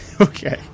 Okay